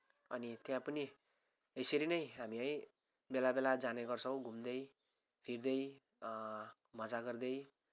अनि त्यहाँ पनि यसरी नै हामी है बेला बेला जाने गर्छौँ घुम्दै फिर्दै मजा गर्दै